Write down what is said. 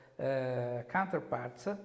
counterparts